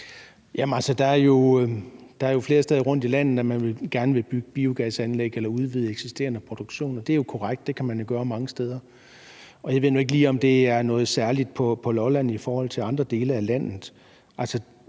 der er jo flere steder rundtomkring i landet, man gerne vil bygge biogasanlæg eller udvide eksisterende produktion, og det er korrekt, at det kan man gøre mange steder. Jeg ved nu ikke lige, om det er noget særligt på Lolland i forhold til andre dele af landet.